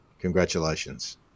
congratulations